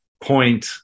point